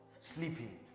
sleeping